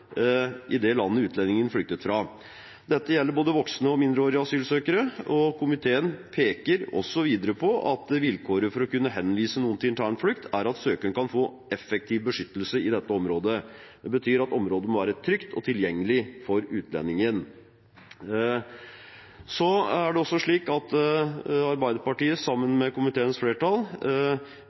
i det landet utlendingen flyktet fra. Dette gjelder både voksne og mindreårige asylsøkere. Komiteen peker videre på at vilkåret for å kunne henvise noen til internflukt er at søkeren kan få «effektiv beskyttelse» i dette området. Det betyr at området må være trygt og tilgjengelig for utlendingen. Så er det slik at Arbeiderpartiet, som del av komiteens flertall,